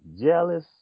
jealous